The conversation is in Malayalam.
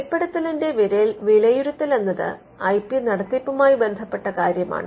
വെളിപ്പെടുത്തലിന്റെ വിലയിരുത്തൽ എന്നത് ഐ പി നടത്തിപ്പുമായി ബന്ധപ്പെട്ട കാര്യമാണ്